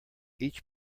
each